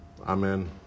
Amen